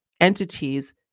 entities